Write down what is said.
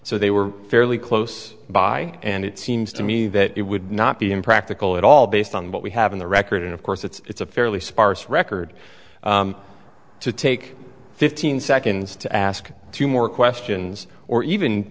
so they were fairly close by and it seems to me that it would not be impractical at all based on what we have in the record of course it's a fairly sparse record to take fifteen seconds to ask two more questions or even